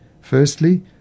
firstly